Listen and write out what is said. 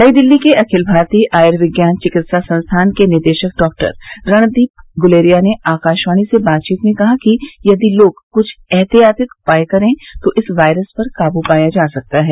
नई दिल्ली के अखिल भारतीय आयुर्विज्ञान चिकित्सा संस्थान के निदेशक डॉक्टर रणदीप गुलेरिया ने आकाशवाणी से बातचीत में कहा कि यदि लोग क्छ एहतियार्ती उपाय करें तो इस वायरस पर काबू पाया जा सकता है